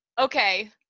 okay